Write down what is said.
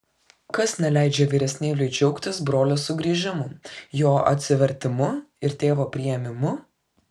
kas neleidžia vyresnėliui džiaugtis brolio sugrįžimu jo atsivertimu ir tėvo priėmimu